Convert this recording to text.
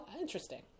Interesting